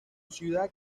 ciudad